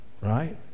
right